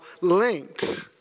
linked